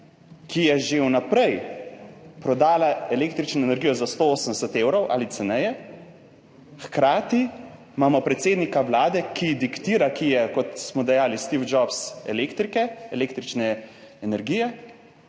ki je že vnaprej prodala električno energijo za 180 evrov ali ceneje, hkrati imamo predsednika Vlade, ki diktira, ki je, kot smo dejali, Steve Jobs električne energije